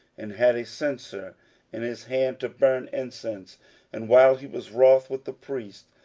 and had a censer in his hand to burn incense and while he was wroth with the priests,